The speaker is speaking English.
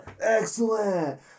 Excellent